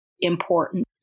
important